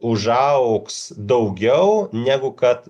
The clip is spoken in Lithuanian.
užaugs daugiau negu kad